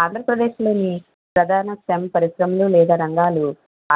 ఆంధ్రప్రదేశ్లోని ప్రధాన స్టెమ్ పరిశ్రమలు లేదా రంగాలు